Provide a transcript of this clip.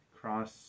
cross